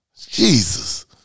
Jesus